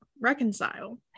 reconcile